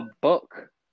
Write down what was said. book